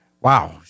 Wow